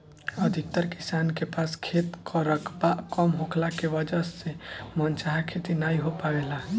अधिकतर किसान के पास खेत कअ रकबा कम होखला के वजह से मन चाहा खेती नाइ हो पावेला